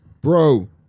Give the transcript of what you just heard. bro